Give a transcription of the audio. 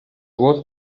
voz